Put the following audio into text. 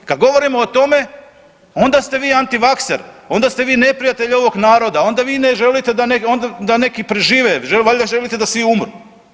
Kad govorimo o tome onda ste vi antivakser, onda ste vi neprijatelj ovog naroda, ona vi ne želite da, onda, da neki prežive, valjda želite da svi umru.